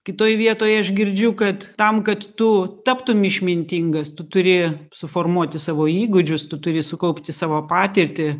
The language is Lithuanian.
kitoj vietoj aš girdžiu kad tam kad tu taptum išmintingas tu turi suformuoti savo įgūdžius tu turi sukaupti savo patirtį